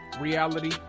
Reality